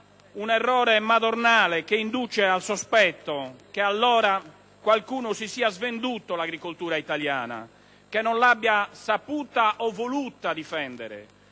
Un errore madornale che induce al sospetto che, allora, qualcuno abbia "svenduto" l'agricoltura italiana, che non l'abbia saputa o voluta difendere.